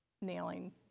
nailing